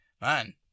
man